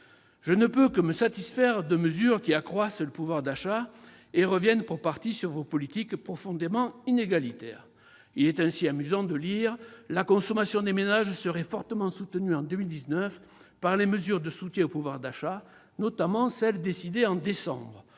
Je ne peux que me satisfaire de mesures qui accroissent le pouvoir d'achat et reviennent pour partie sur vos politiques profondément inégalitaires. Ainsi, il est amusant de lire :« La consommation des ménages serait fortement soutenue en 2019 par les mesures de soutien au pouvoir d'achat, notamment celles décidées en décembre.